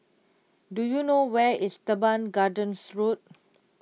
do you know where is Teban Gardens Road